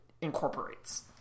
incorporates